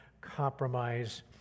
compromise